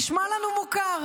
נשמע לנו מוכר,